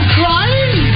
crying